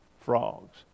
frogs